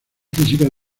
físicas